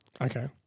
Okay